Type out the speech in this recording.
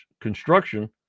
construction